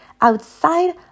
outside